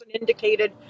indicated